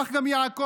כך גם יעקב: